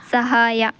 ಸಹಾಯ